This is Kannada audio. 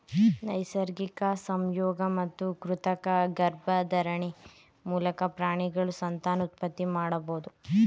ನೈಸರ್ಗಿಕ ಸಂಯೋಗ ಮತ್ತು ಕೃತಕ ಗರ್ಭಧಾರಣೆ ಮೂಲಕ ಪ್ರಾಣಿಗಳು ಸಂತಾನೋತ್ಪತ್ತಿ ಮಾಡಬೋದು